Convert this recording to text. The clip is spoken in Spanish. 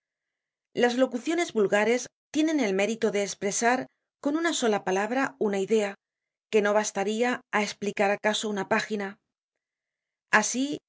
las locuciones vulgares tienen el mérito de espresar con una sola palabra una idea que no bastaria á esplicar acaso una página asi